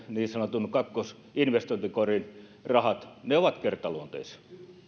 niin sanotun kakkosinvestointikorin rahat ovat kertaluonteisia